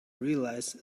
realize